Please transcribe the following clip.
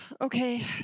Okay